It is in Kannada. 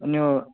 ನೀವು